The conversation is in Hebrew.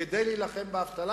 כדי להילחם באבטלה,